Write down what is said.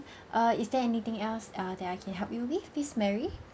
err is there anything else uh then I can help you with miss mary